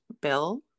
Bill